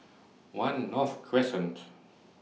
one North Crescent